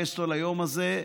פסטו, ביום הזה.